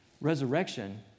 Resurrection